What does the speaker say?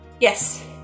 Yes